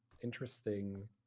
interesting